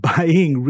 Buying